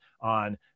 on